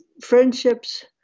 friendships